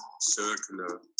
circular